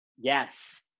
Yes